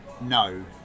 no